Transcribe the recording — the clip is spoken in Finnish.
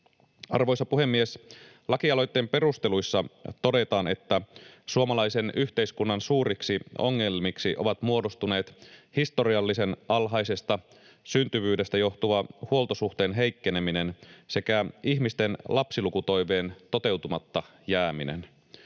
Arvoisa puhemies! Lakialoitteen perusteluissa todetaan, että suomalaisen yhteiskunnan suuriksi ongelmiksi ovat muodostuneet historiallisen alhaisesta syntyvyydestä johtuva huoltosuhteen heikkeneminen sekä ihmisten lapsilukutoiveen toteutumatta jääminen.